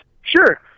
Sure